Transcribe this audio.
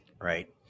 right